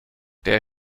der